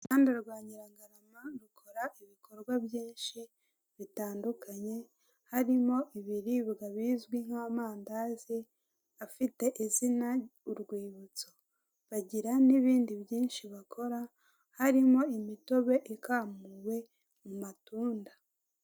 Uruganda rwa Nyirangarama rukora ibikorwa byinshi bitandukanye harimo ibiribwa bizwi nk'amandazi afite izina "urwibutso". Bagira n'ibindi byinshi bakora harimo imitobe ikamuwe mu matunda.